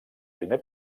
primer